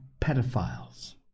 pedophiles